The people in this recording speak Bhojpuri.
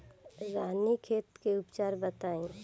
रानीखेत के उपचार बताई?